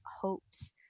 hopes